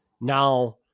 Now